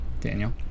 Daniel